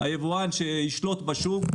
שישלוט בשוק.